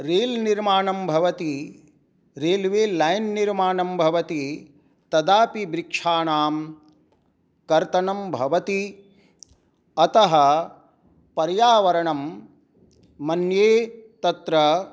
रेल्निर्माणं भवति railway line निर्माणं भवति तदापि वृक्षाणां कर्तनं भवति अतः पर्यावरणं मन्ये तत्र